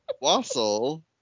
Wassel